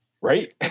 Right